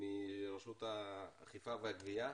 מרשות האכיפה והגבייה.